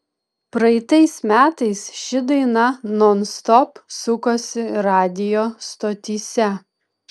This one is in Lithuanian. praeitais metais ši daina nonstop sukosi radijo stotyse